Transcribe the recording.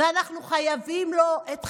ואנחנו חייבים לו את חיינו.